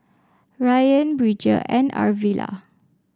Rayan Bridger and Arvilla